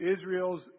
Israel's